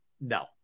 No